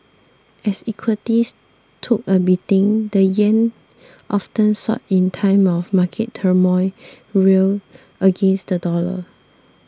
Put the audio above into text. as equities took a beating the yen often sought in times of market turmoil rallied against the dollar